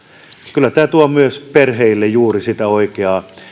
kyllä tämä tuo myös perheille juuri sitä oikeaa